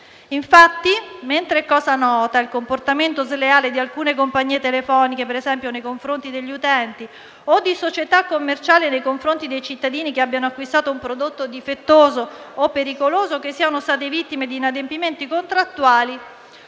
Infatti, mentre è cosa nota il comportamento sleale di alcune compagnie telefoniche, ad esempio nei confronti degli utenti, o di società commerciali nei confronti dei cittadini che abbiano acquistato un prodotto difettoso o pericoloso e che siano state vittime di inadempimenti contrattuali,